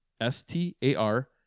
s-t-a-r